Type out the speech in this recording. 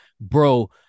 bro